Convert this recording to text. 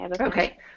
Okay